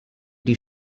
die